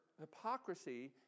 hypocrisy